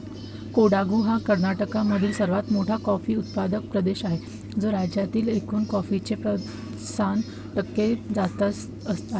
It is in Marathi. कोडागु हा कर्नाटकातील सर्वात मोठा कॉफी उत्पादक प्रदेश आहे, जो राज्यातील एकूण कॉफीचे पन्नास टक्के जास्त आहे